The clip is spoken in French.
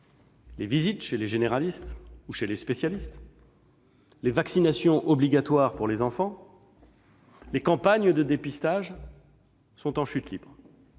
les visites chez les généralistes ou les spécialistes, les vaccinations obligatoires pour les enfants, les campagnes de dépistage sont en chute libre,